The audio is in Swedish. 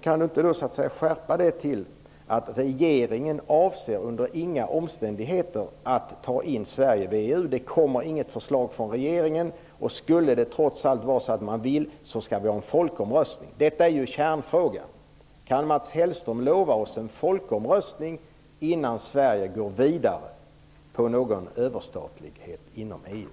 Kan han då inte skärpa det uttalandet till att regeringen inte under några omständigheter avser att ta in Sverige i VEU, att det inte kommer något sådant förslag från regeringen och om regeringen trots allt skulle vilja göra det skall vi ha en folkomröstning? Detta är kärnfrågan. Kan Mats Hellström lova att det blir en folkomröstning innan Sverige går vidare in i en process med överstatlighet inom EU?